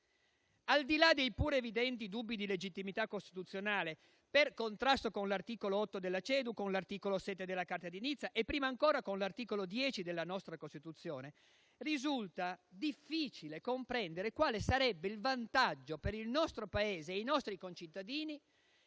Al di là dei pur evidenti dubbi di legittimità costituzionale per contrasto con l'articolo 8 della CEDU, con l'articolo 7 della Carta di Nizza e, prima ancora, con l'articolo 10 della nostra Costituzione, risulta difficile comprendere quale sarebbe il vantaggio per il nostro Paese e per i nostri concittadini